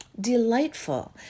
delightful